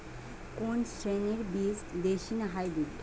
কোন শ্রেণীর বীজ দেশী না হাইব্রিড?